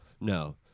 No